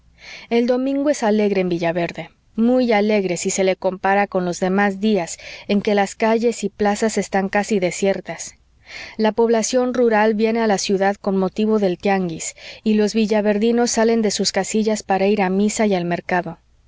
el domingo es alegre en villaverde muy alegre si se le compara con los demás días en que las calles y plazas están casi desiertas la población rural viene a la ciudad con motivo del tianguis y los villaverdinos salen de sus casillas para ir a misa y al mercado